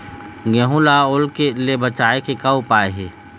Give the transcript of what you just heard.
गेहूं ला ओल ले बचाए के का उपाय हे?